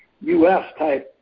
U.S.-type